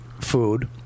food